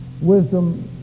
wisdom